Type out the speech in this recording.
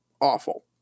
awful